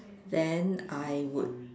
then I would